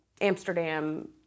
Amsterdam